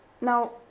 Now